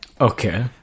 Okay